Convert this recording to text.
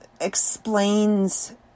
explains